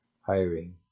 hiring